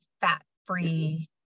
fat-free